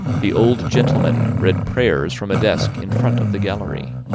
the old gentleman read prayers from a desk in front of the gallery,